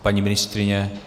Paní ministryně?